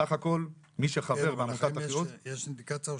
בסך הכול מי שחבר בעמותת אחיעוז --- יש לכם אינדיקציה,